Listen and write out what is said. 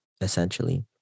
essentially